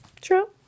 True